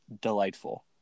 delightful